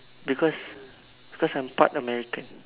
because I'm part American